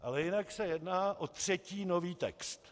Ale jinak se jedná o třetí nový text.